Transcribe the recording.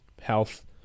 health